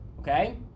okay